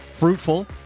fruitful